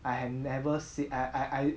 I have never see I I I